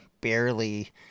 barely